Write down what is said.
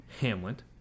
Hamlet